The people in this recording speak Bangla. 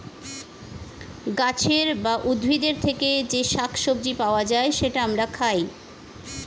গাছের বা উদ্ভিদের থেকে যে শাক সবজি পাওয়া যায়, সেটা আমরা খাই